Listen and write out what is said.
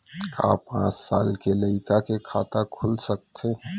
का पाँच साल के लइका के खाता खुल सकथे?